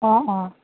অঁ অঁ